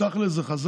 הקפאה.